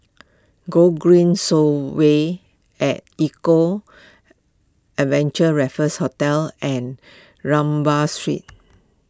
Gogreen Segway at Eco Adventure Raffles Hotel and Rambau Street